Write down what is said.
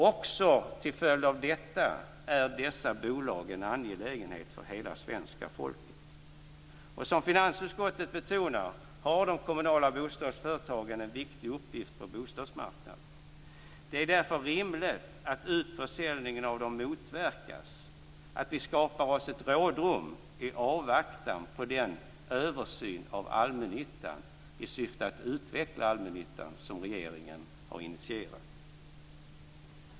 Också till följd av detta är dessa bolag en angelägenhet för hela svenska folket. Som finansutskottet betonar har de kommunala bostadsföretagen en viktig uppgift på bostadsmarknaden. Det är därför rimligt att utförsäljningen av dem motverkas, att vi skapar oss ett rådrum i avvaktan på den översyn av allmännyttan i syfte att utveckla denna som regeringen har initierat.